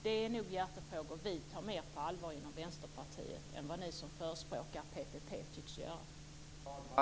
Det är nog hjärtefrågor som vi inom Vänsterpartiet tar mer på allvar än vad ni som förespråkar PPP tycks göra.